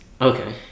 Okay